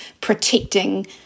protecting